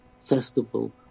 festival